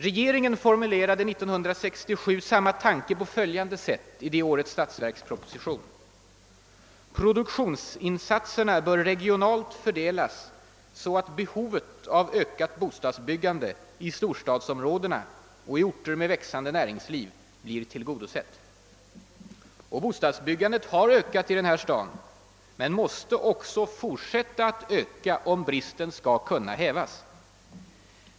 Regeringen formulerade 1967 samma tanke på följande sätt i det årets statsverksproposition: »Produktionsinsatserna bör regionalt fördelas så att behovet av ökat bostadsbyggande i storstadsområdena och i orter med växande näringsliv blir tillgodosett.» Bostadsbyggandet har också ökat i huvudstaden, men det måste fortsätta att stiga om bristen skall kunna hävas.